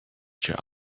job